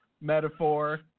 metaphor